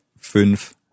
fünf